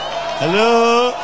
Hello